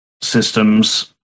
systems